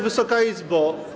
Wysoka Izbo!